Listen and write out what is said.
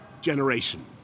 generation